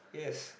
yes